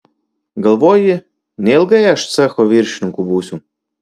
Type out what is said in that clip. galvoji neilgai aš cecho viršininku būsiu